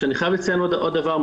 כשאני חייב לציין עוד דבר,